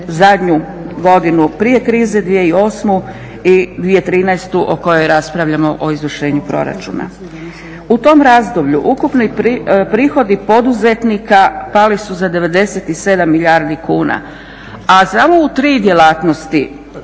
zadnju godinu prije krize 2008. i 2013. o kojoj raspravljamo o izvršenju proračuna. U tom razdoblju ukupni prihodi poduzetnika pali su za 97 milijardi kuna, a samo u tri djelatnosti-trgovini,